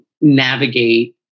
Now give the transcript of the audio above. navigate